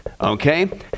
Okay